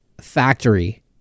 factory